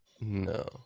No